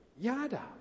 Yada